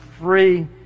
free